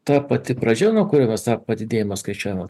ta pati pradžia nuo kurio mes tą padidėjimą skaičiuojame